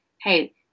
Hey